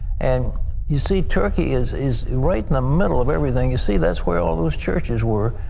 and you see turkey is is right in the middle of everything. you see that's where all those churches were,